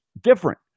different